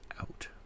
out